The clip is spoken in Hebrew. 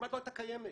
כמעט לא הייתה קיימת.